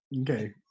Okay